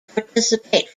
participate